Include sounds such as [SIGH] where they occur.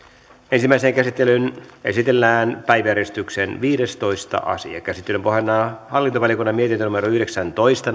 ensimmäiseen käsittelyyn esitellään päiväjärjestyksen viidestoista asia käsittelyn pohjana on hallintovaliokunnan mietintö yhdeksäntoista [UNINTELLIGIBLE]